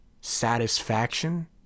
satisfaction